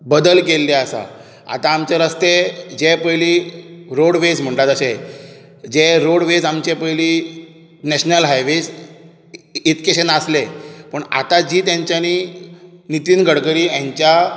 बदल केल्ली आसा आतां आमचे रस्ते जे पयलीं रोडवेज म्हणटा तशें जे रोडवेज आमचे पयलीं नॅशनल हायवेज इतकेशे नासले पूण आतां जी तेंच्यानी नितीन गडकरी हेंच्या